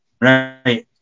Right